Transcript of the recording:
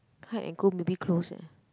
Hyde and Co maybe closed leh